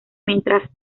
mientras